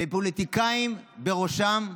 ופוליטיקאים בראשם,